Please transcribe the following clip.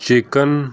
chicken